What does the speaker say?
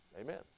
Amen